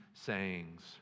Sayings